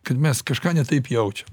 kad mes kažką ne taip jaučiam